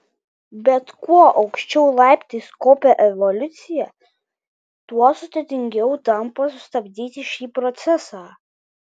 bet kuo aukščiau laiptais kopia evoliucija tuo sudėtingiau tampa sustabdyti šį procesą